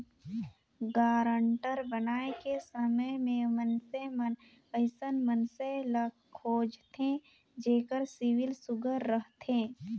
guarantor बनाए के समे में मइनसे मन अइसन मइनसे ल खोझथें जेकर सिविल सुग्घर रहथे